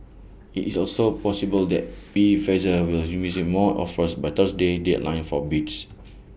IT is also possible that be Pfizer will receive more offers by Thursday's deadline for bids